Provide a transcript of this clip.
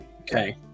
Okay